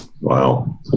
Wow